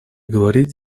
говорить